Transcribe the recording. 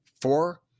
Four